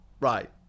right